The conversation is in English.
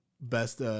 best